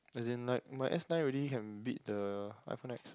as in like my S nine already can beat the iPhone X